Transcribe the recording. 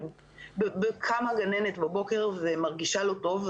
קמה גננת בבוקר ומרגישה לא טוב,